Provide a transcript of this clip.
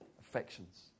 affections